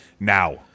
Now